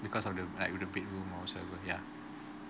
because of the like the bedroom whatsoever ya